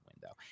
window